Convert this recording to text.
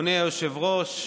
אדוני היושב-ראש,